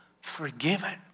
forgiven